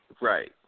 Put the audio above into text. Right